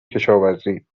کشاورزی